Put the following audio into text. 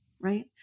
right